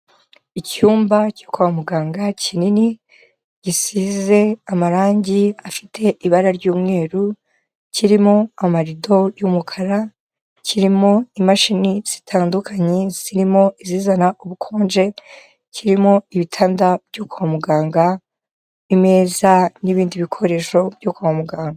Icyumba cyo kwa muganga kinini, gisize amarangi afite ibara ry'umweru, kirimo amarido y'umukara, kirimo imashini zitandukanye zirimo izizana ubukonje, kirimo ibitanda byo kwa muganga, imeza n'ibindi bikoresho byo kwa muganga.